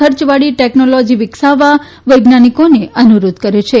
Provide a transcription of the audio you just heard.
ખર્ચવાળી technology વિકસાવવા વૈજ્ઞાનિકોને અનુરોધ કર્યો છે